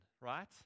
right